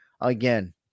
again